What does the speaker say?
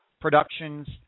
productions